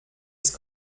ist